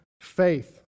faith